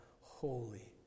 holy